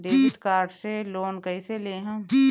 Debit card से loan कईसे लेहम?